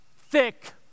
thick